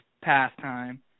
pastime